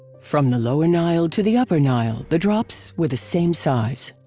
from the lower nile to the upper nile, the drops were the same size.